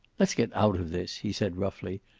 let's get out of this, he said roughly.